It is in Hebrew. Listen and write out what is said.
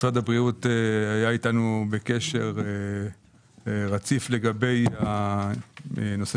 משרד הבריאות היה אתנו בקשר רציף לגבי הנושא